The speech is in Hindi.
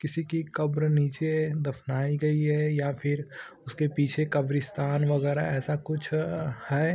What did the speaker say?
किसी की कब्र नीचे दफनाई गई है या फिर उसके पीछे कब्रिस्तान वग़ैरह ऐसा कुछ है